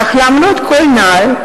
אך למרות כל הנ"ל,